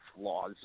flaws